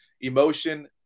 emotion